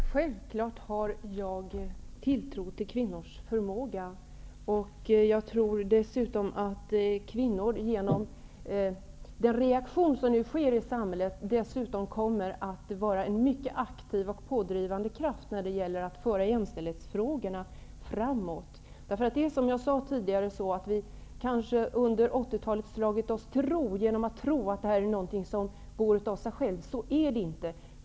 Herr talman! Självklart har jag tilltro till kvinnors förmåga. Jag tror dessutom att kvinnor genom den reaktion som nu sker i samhället kommer att vara en mycket aktiv och pådrivande kraft när det gäller att föra jämställdhetsfrågorna framåt. Som jag tidigare sade har vi under 1980-talet kanske slagit oss till ro och trott att detta är något som går av sig självt. Så är det inte.